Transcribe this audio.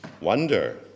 wonder